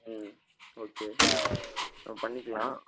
ம் ஓகே நம்ம பண்ணிக்கலாம்